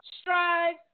Strive